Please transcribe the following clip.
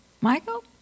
Michael